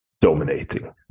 dominating